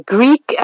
Greek